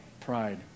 Pride